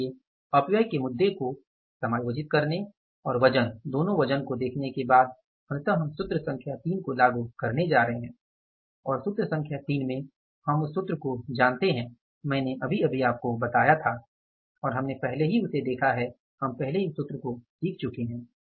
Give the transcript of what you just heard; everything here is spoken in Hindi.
इसलिए अपव्यय के मुद्दों को समायोजित करने और वज़न दोनों वजन को देखने के बाद अंततः हम सूत्र संख्या 3 को लागू करने जा रहे हैं और सूत्र संख्या 3 में हम उस सूत्र को जानते हैं मैंने अभी आपको बताया था और हमने पहले ही उसे देखा है और हम पहले ही उस सूत्र को सिख चुके है